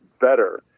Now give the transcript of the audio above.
better